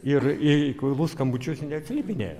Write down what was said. ir į kvailus skambučius neatsiliepinėja